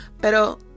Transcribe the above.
Pero